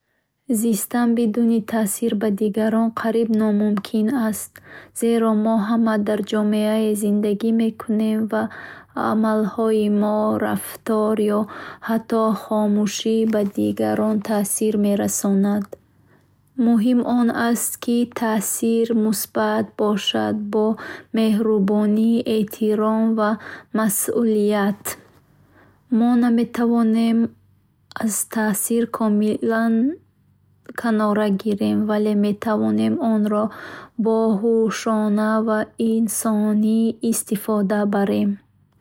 Зистан бидуни таъсир ба дигарон қариб номумкин аст, зеро мо ҳама дар ҷомеа зиндагӣ мекунем ва амалҳои мо калом, рафтор ё ҳатто хомӯшӣ ба дигарон таъсир мерасонанд. Муҳим он аст, ки ин таъсир мусбат бошад: бо меҳрубонӣ, эҳтиром ва масъулият. Мо наметавонем аз таъсир комилан канора гирем, вале метавонем онро боҳушона ва инсонӣ истифода барем.